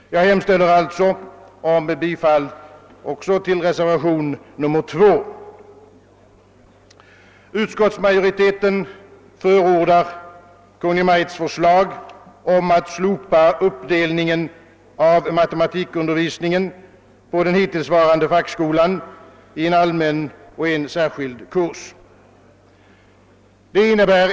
Jag hemställer alltså om bifall också till reservationen 2. Utskottsmajoriteten förordar Kungl. Maj:ts förslag att slopa uppdelningen av matematikundervisningen på den hittillsvarande fackskolan i en allmän och en särskild kurs.